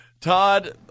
Todd